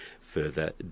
further